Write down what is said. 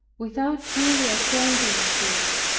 without duly attending to it,